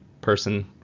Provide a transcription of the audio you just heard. person